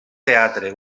teatre